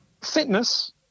Fitness